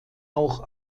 auch